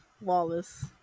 wallace